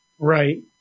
Right